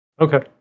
Okay